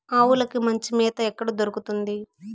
ఆవులకి మంచి మేత ఎక్కడ దొరుకుతుంది?